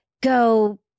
go